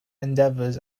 endeavors